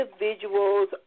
individuals